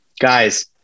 guys